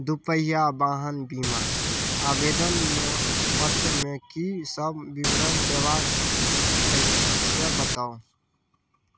दुपहिया वाहन बीमा आवेदनमे पत्रमे किसब विवरण देबाके अछि से बताउ